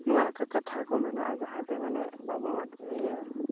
ᱱᱚᱣᱟ ᱠᱚ ᱠᱟᱛᱷᱟᱠᱚ ᱢᱮᱱᱟᱜᱼᱟ ᱡᱟᱦᱟᱛᱮ ᱢᱟᱱᱮ ᱵᱟᱵᱚ ᱤᱭᱟᱹ